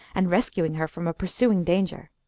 and rescuing her from a pursuing danger.